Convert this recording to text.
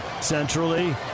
centrally